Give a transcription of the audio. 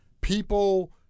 people